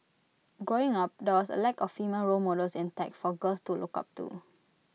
growing up there was A lack of female role models in tech for girls to look up to